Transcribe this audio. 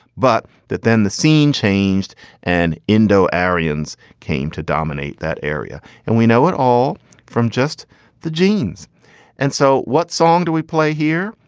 but that then the scene changed and indo aryans came to dominate that area and we know it all from just the genes and so what song do we play here?